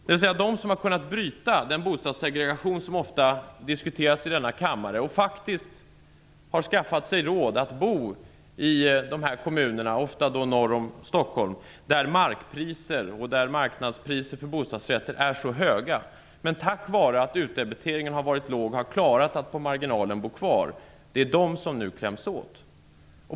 De som har kunnat bryta den bostadssegregation som ofta diskuteras i denna kammare och som faktiskt skaffat sig råd att bo i de här kommunerna - ofta norr om Stockholm, där markpriser och marknadspriser för bostadsrätter är mycket höga - och som tack vare den låga utdebiteringen på marginalen har klarat att bo kvar kläms nu åt.